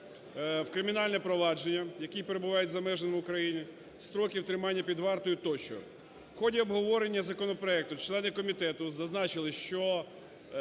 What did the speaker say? в кримінальне провадження, які перебувають за межами України, строків тримання під вартою, тощо. В ході обговорення законопроекту члени комітету зазначили, що